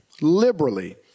liberally